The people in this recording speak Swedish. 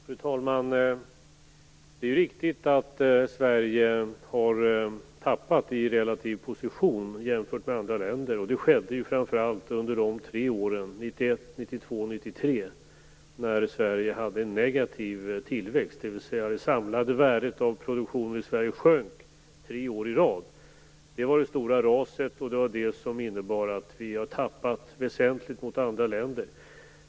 Fru talman! Det är riktigt att Sverige har tappat i relativ position jämfört med andra länder. Det skedde framför allt under åren 1991, 1992 och 1993, när Sverige hade en negativ tillväxt, dvs. det samlade värdet av produktionen i Sverige sjönk tre år i rad. Det var det stora raset. Det var det som innebar att vi tappade väsentligt jämfört med andra länder.